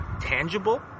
tangible